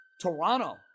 Toronto